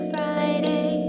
Friday